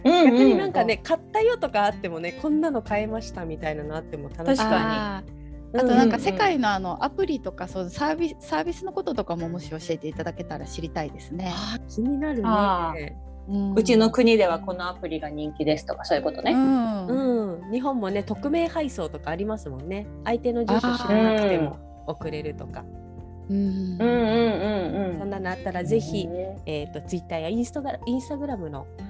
うんうんうん。逆になんかね、そう。買ったよとかあってもね、こんなの買えましたみたいなのあっても楽しい。確かに。あー。うんうん。あとなんか世界のあの、アプリとか、そう、サービス- サービスのこととかももし教えていただけたら知りたいですね。あー、気になるね。あー。うん。うちの国ではこのアプリが人気ですとか、そういうことね。うんうん。うん。日本もね、匿名配送とかありますもんね。相手の住所知らなくてあー。も送れるとか。うんうんうんうん。そんなのあったらぜひ、うんうん。えーと、TwitterやInstagra- Instagramの